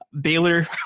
Baylor